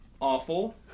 awful